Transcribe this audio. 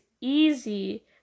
easy